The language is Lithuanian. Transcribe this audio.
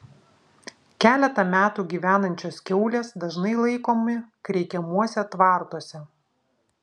keletą metų gyvenančios kiaulės dažnai laikomi kreikiamuose tvartuose